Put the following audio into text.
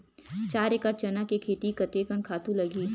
चार एकड़ चना के खेती कतेकन खातु लगही?